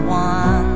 one